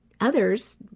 others